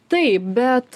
taip bet